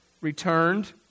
returned